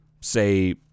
say